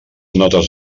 notes